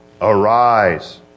Arise